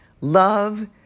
Love